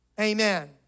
Amen